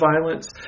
violence